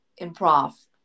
improv